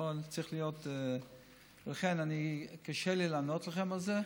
אני צריך, לכן, קשה לי לענות לכם על זה.